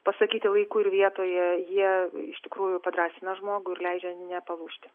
pasakyti laiku ir vietoje jie iš tikrųjų padrąsina žmogų ir leidžia nepalūžti